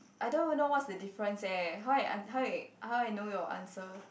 I don't even know what's the difference eh how I un~ how I how I know your answer